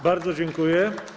Bardzo dziękuję.